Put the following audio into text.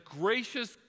gracious